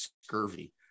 scurvy